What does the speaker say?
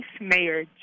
Mayor